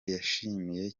yashimiye